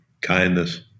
kindness